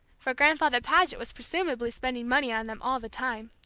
for grandfather paget was presumably spending money on them all the time.